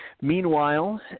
Meanwhile